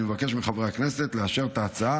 אני מבקש מחברי הכנסת לאשר את ההצעה